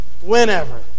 whenever